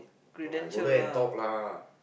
no I go there and talk lah